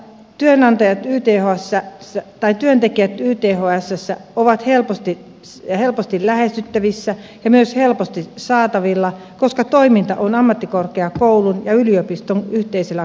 työnantajat pihassa se tai työntekijän työntekijät ythsssä ovat helposti lähestyttävissä ja myös helposti saatavilla koska toiminta on ammattikorkeakoulun ja yliopiston yhteisellä kampuksella